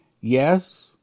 Yes